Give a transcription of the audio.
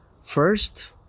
first